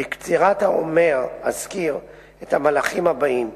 בקצירת האומר אזכיר את המהלכים הבאים: